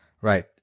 Right